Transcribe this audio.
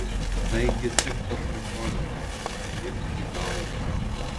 taigi tik paprikolinau neimk į galvą